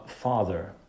Father